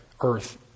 earth